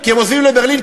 כי הם עוזבים לברלין,